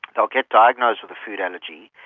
they will get diagnosed with a food allergy,